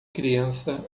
criança